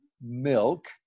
milk